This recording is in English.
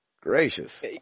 gracious